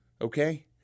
okay